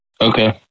okay